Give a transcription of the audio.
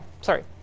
sorry